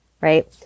right